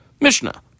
Mishnah